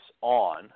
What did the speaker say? on